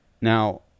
Now